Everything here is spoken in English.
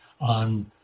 on